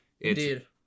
Indeed